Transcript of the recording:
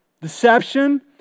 deception